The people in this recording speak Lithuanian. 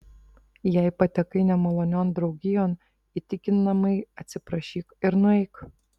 jei patekai nemalonion draugijon įtikinamai atsiprašyk ir nueik